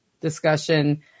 discussion